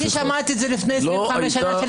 שמעתי את זה לפני 25 שנה,